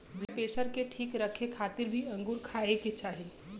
blood pressure के ठीक रखे खातिर भी अंगूर खाए के चाही